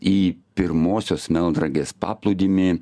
į pirmosios melnragės paplūdimį